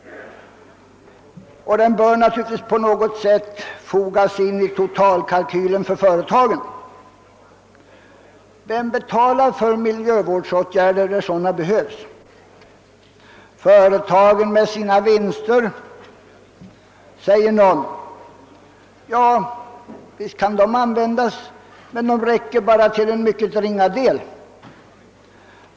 Den bör naturligtvis på något sätt fogas in i totalkalkylen för företagen. Vem betalar för miljövårdsåtgärder när sådana behövs? Någon säger att företagen bör betala med sina vinster. Ja, visst kan dessa vinster användas, men de räcker bara till en mycket ringa del.